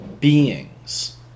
beings